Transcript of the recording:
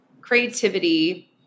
creativity